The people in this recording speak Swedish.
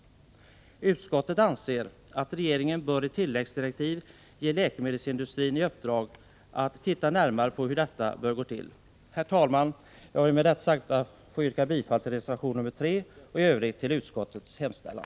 Utskottet anser att regeringen i tilläggsdirektiv bör ge läkemedelskommittén i uppdrag att titta närmare på hur detta bör gå till. Herr talman! Jag vill med det sagda yrka bifall till reservation 3 och i övrigt till utskottets hemställan.